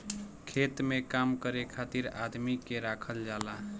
खेत में काम करे खातिर आदमी के राखल जाला